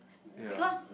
ya